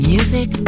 Music